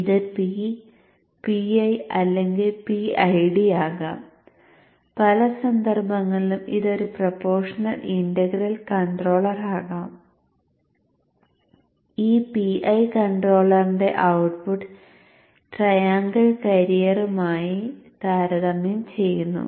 error താരതമ്യം ചെയ്യുന്നു